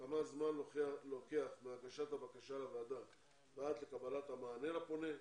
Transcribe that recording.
כמה זמן לוקח מהגשת הבקשה לוועדה ועד לקבלת המענה לפונה,